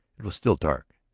it was still dark.